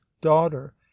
daughter